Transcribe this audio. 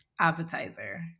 appetizer